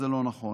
זה לא נכון.